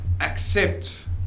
accept